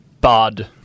Bud